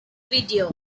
video